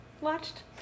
watched